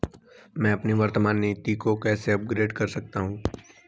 मैं अपनी वर्तमान नीति को कैसे अपग्रेड कर सकता हूँ?